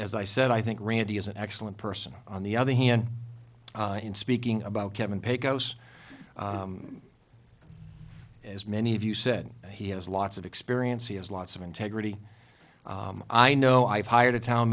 as i said i think randy is an excellent person on the other hand in speaking about kevin pecos as many of you said he has lots of experience he has lots of integrity i know i've hired a town